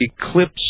eclipse